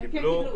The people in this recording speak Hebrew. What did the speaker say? הם קיבלו.